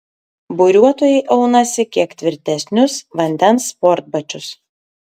buriuotojai aunasi kiek tvirtesnius vandens sportbačius